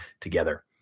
together